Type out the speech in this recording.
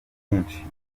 byinshi